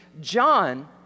John